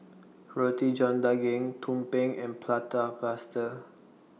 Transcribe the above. Roti John Daging Tumpeng and Prata Plaster